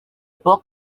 book